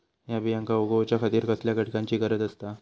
हया बियांक उगौच्या खातिर कसल्या घटकांची गरज आसता?